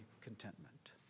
contentment